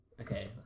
Okay